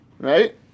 right